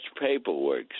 paperwork